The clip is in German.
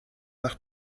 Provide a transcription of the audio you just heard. nach